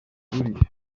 imiturire